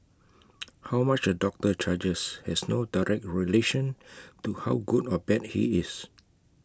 how much A doctor charges has no direct relation to how good or bad he is